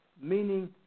meaning